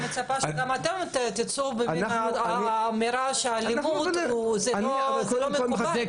אני מצפה שגם אתם תצאו באמירה שהאלימות לא מקובלת.